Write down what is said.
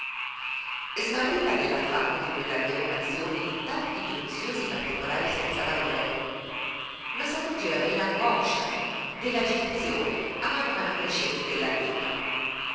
smarrita nell'affanno di quella rievocazione di tanti minuziosi particolari senza valore non s'accorgeva dell'angoscia dell'agitazione a mano a mano crescenti